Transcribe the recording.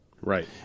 Right